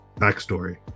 backstory